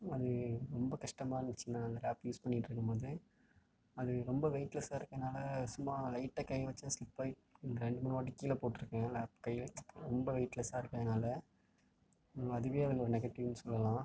அது ரொம்ப கஷ்டமாக இருந்துச்சுங்க அந்த லேப் யூஸ் பண்ணிக்கிட்டிருக்கும்போதே அது ரொம்ப வெயிட்லெஸ்ஸாக இருக்கறதுனால சும்மா லைட்டாக கை வச்சால் ஸ்லிப் ஆகி ரெண்டு மூணு வாட்டி கீழே போட்டிருக்கேன் லேப் கையில் ரொம்ப வெயிட்லெஸ்ஸாக இருக்கறதுனால அதுவே அதில் ஒரு நெகட்டிவ்னு சொல்லலாம்